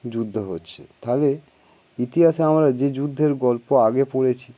যুদ্ধ হচ্ছে তাহলে ইতিহাসে আমরা যে যুদ্ধের গল্প আগে পড়েছি